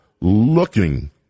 looking